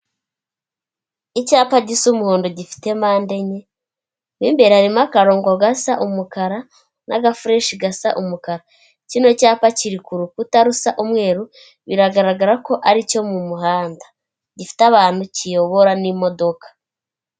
Icyapa gisa umuhondo gifite mpande enye, mo imbere harimo akarongo gasa umukara, n'agafureshi gasa umukara. Kino cyapa kiri ku rukuta rusa umweru, biragaragara ko ari cyo mu muhanda. Gifite abantu kiyobora n'imodoka.